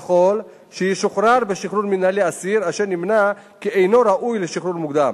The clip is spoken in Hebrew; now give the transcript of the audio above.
יכול שישוחרר בשחרור המינהלי אסיר אשר נמצא כי אינו ראוי לשחרור מוקדם